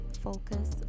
focus